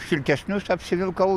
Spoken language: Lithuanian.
šiltesnius apsivilkau